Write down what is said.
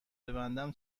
ببندم